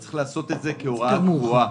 צריך לעשות את זה כהוראה קבועה,